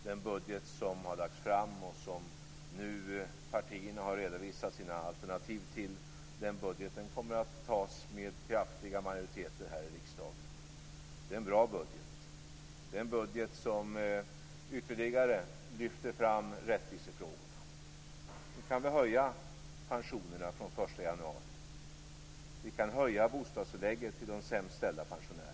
Den budget som har lagts fram och som partierna nu har redovisat sina alternativ till kommer att antas med kraftiga majoriteter här i riksdagen. Det är en bra budget. Det är en budget som ytterligare lyfter fram rättvisefrågorna. Nu kan vi höja pensionerna den 1 januari. Vi kan höja bostadstillägget till de sämst ställda pensionärerna.